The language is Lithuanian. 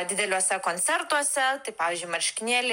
dideliuose koncertuose tai pavyzdžiui marškinėliai